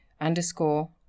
underscore